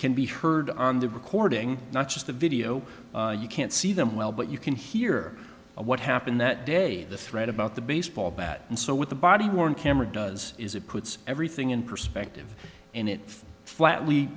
can be heard on the recording not just the video you can't see them well but you can hear what happened that day the thread about the baseball bat and so with the body worn camera does is it puts everything in perspective and it flat